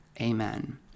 amen